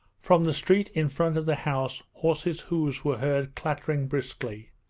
from the street in front of the house horses' hoofs were heard clattering briskly,